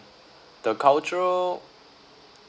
the cultural